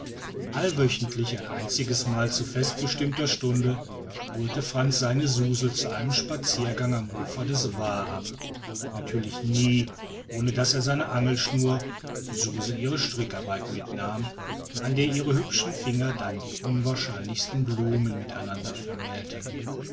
allwöchentlich ein einziges mal zu fest bestimmter stunde holte frantz seine suzel zu einem spaziergang am ufer des vaar ab natürlich nie ohne daß er seine angelschnur suzel ihre stickarbeit mitnahm an der ihre hübschen finger dann die unwahrscheinlichsten blumen mit einander vermählten